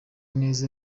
neza